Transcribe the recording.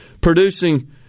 producing